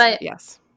yes